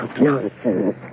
Nonsense